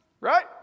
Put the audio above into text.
Right